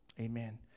Amen